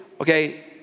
okay